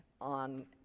on